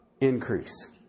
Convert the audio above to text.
increase